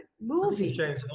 movie